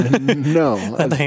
No